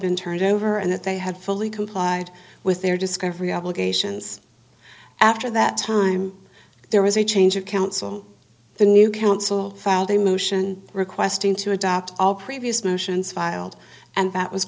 been turned over and that they had fully complied with their discovery obligations after that time there was a change of counsel the new counsel filed a motion requesting to adopt all previous motions filed and that was